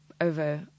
over